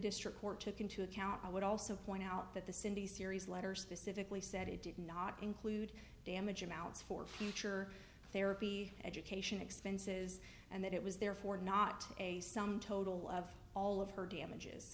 district court took into account i would also point out that the city series letter specifically said it did not include damage amounts for future therapy education expenses and that it was therefore not a sum total of all of her damages